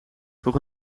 voeg